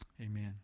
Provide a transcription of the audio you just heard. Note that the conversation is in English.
Amen